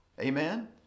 amen